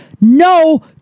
No